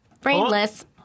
brainless